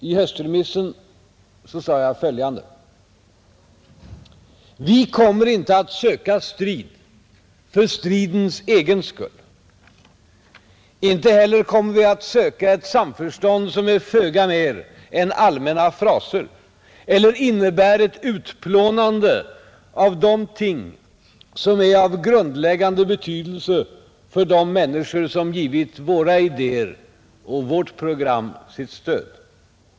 I höstremissen sade jag följande: ”Vi kommer inte att söka strid för stridens egen skull, inte heller kommer vi att söka ett samförstånd som är föga mer än allmänna fraser eller innebär ett utplånande av de ting som är av grundläggande betydelse för de människor som givit våra idéer och vårt program sitt stöd.